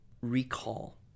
recall